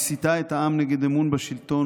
היא מסיתה את העם נגד אמון בשלטון,